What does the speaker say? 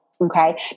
Okay